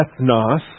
ethnos